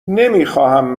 نمیخواهم